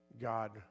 God